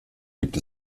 gibt